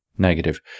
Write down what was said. negative